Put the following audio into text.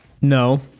No